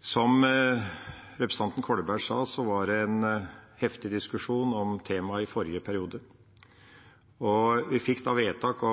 Som representanten Kolberg sa, var det en heftig diskusjon om temaet i forrige periode. Vi fikk da vedtak